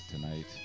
tonight